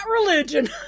religion